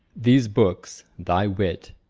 these books, thy wit,